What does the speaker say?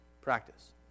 practice